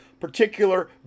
particular